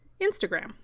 Instagram